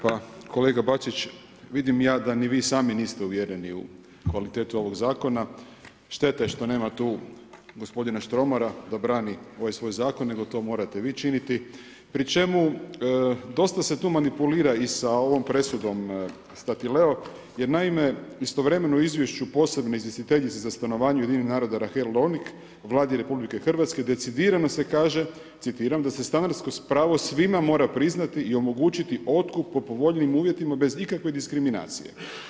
Pa kolega Bačić, vidim ja da ni vi sami niste uvjereni u kvalitetu ovog zakona, šteta je što nema tu gospodina Štromara da brani ovaj svoj zakon nego to morate vi činiti, pri čemu dosta se tu manipulira i sa ovom presudom Statile jer naime istovremeno u izvješću posebne izvjestiteljice za stanovanje UN-a RAchel Lovnik Vladi RH decidirano se kaže, citiram „da se stanarsko pravo svima mora priznati i omogućiti otkup po povoljnijim uvjetima bez ikakve diskriminacije“